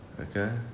Okay